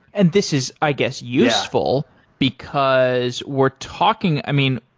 and this is, i guess, useful because we're talking i mean,